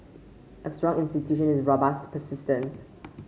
a strong institution is robust persistent